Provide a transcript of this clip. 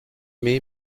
mai